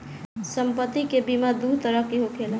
सम्पति के बीमा दू तरह के होखेला